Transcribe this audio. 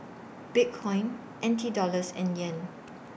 Bitcoin N T Dollars and Yen